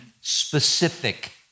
specific